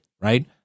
right